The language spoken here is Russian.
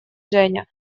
женя